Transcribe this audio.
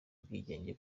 ubwigenge